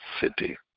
city